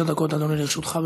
תשע דקות, אדוני, לרשותך.